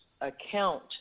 account